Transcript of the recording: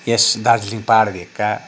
यस दार्जिलिङ पहाड भेगका